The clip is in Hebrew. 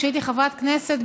כשהייתי חברת כנסת,